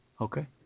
Okay